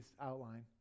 outline